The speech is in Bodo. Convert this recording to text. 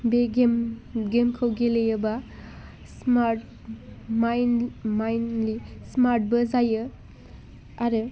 बे गेमखौ गेलेयोबा स्मार्ट माइण्डआ स्मार्टबो जायो आरो